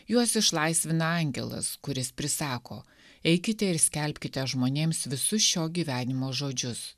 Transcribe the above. juos išlaisvina angelas kuris prisako eikite ir skelbkite žmonėms visus šio gyvenimo žodžius